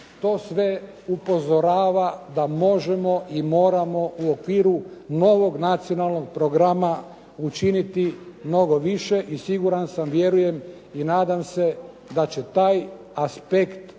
to sve upozorava da možemo i moramo u okviru novog nacionalnog programa učiniti mnogo više i siguran sam, vjerujem i nadam se da će taj aspekt razvoja,